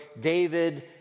David